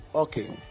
Okay